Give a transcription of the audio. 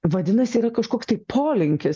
vadinasi yra kažkoks tai polinkis